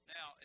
Now